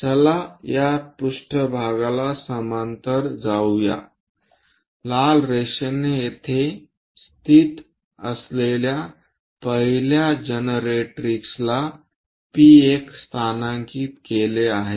चला या पृष्ठभागाला समांतर जाऊ द्या लाल रेषेने येथे स्थित असलेल्या पहिल्या जनरेट्रिक्सला P1 स्थानांकित केले आहे